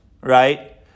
right